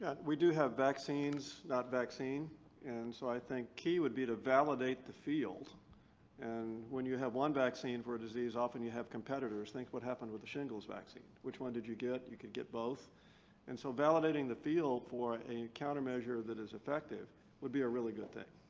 ah we do have vaccines, not vaccine and so i think key would be to validate the field and when you have one vaccine for a disease often you have competitors. think what happened with the shingles vaccine. which one did you get? you could get both and so validating the field for a countermeasure that is effective would be a really good thing